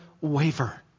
waver